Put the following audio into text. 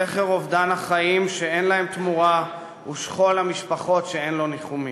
זכר אובדן החיים שאין להם תמורה ושכול המשפחות שאין לו ניחומים.